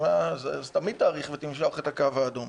אז תמיד תאריך ותמשוך את הקו האדום.